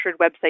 website